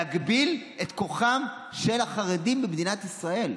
להגביל את כוחם של החרדים במדינת ישראל.